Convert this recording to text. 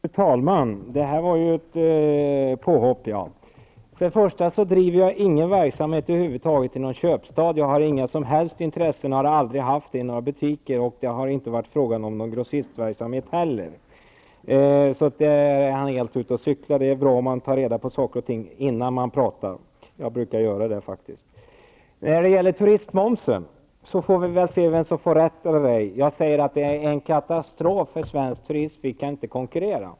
Fru talman! Det där var ju ett påhopp! Jag driver över huvud taget ingen verksamhet i någon köpstad. Jag har inga som helst intressen i och har aldrig haft det i några butiker. Det har inte varit fråga om någon grossistverksamhet heller. Så där är Mikael Odenberg ute och cyklar. Det är bra om man tar reda på saker och ting innan man pratar. Jag brukar göra det faktiskt. När det gäller turistmomsen får vi väl se vem som får rätt. Jag säger att den är en katastrof för svensk turism. Vi kan inte konkurrera.